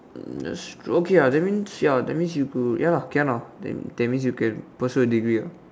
um okay ah that means ya that means you could ya lah can lah then that means you can pursue your degree ah